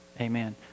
amen